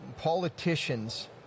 politicians